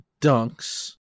dunks